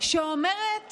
שאומרת